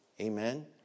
Amen